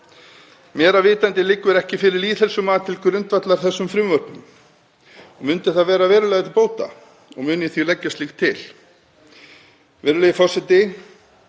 Mér að vitandi liggur ekki lýðheilsumat til grundvallar þessum frumvörpum. Myndi það vera verulega til bóta og mun ég því leggja slíkt til. Virðulegi forseti.